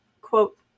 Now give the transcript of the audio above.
quote